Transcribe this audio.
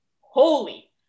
holy